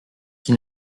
qui